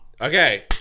okay